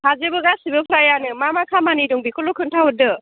हाजोबो गासैबो फ्रायानो मा मा खामानि दं बेखौल' खोन्थाहरदो